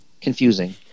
confusing